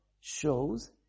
shows